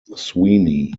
sweeney